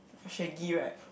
shaggy right